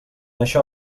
això